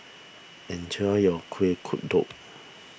enjoy your Kuih Kodok